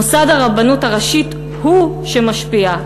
מוסד הרבנות הראשית הוא שמשפיע,